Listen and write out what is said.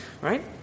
Right